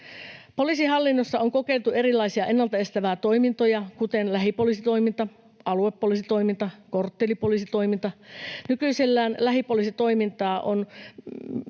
Poliisihallinnossa on kokeiltu erilaisia ennaltaestäviä toimintoja, kuten lähipoliisitoiminta, aluepoliisitoiminta, korttelipoliisitoiminta. Nykyisellään on lähipoliisitoimintaa, jossa